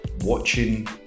watching